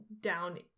down